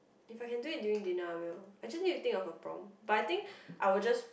if I can do it during dinner I will I just need to think of a prompt but I think I will just